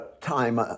time